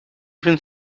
even